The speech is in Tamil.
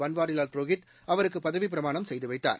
பன்வாரிலால் புரோஹித் அவருக்கு பதவிப்பிரமாணம் செய்து வைத்தார்